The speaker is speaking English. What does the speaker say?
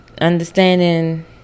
Understanding